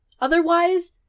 Otherwise